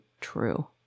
true